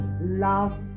love